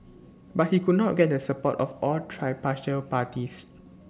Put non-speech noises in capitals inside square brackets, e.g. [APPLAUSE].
but he could not get the support of all [UNINTELLIGIBLE] parties